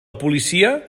policia